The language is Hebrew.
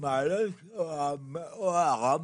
המעלון, או הרמפה,